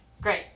Great